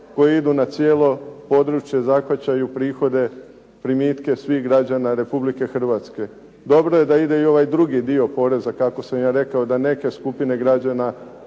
koji idu na cijelo područje zahvaćaju prihode, primitke svih građana Republike Hrvatske. Dobro je da ide i ovaj drugi dio poreza kako sam ja rekao da neke skupine građana